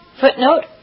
Footnote